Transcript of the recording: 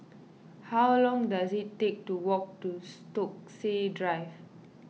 how long does it take to walk to Stokesay Drive